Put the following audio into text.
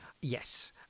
yes